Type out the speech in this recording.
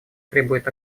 требует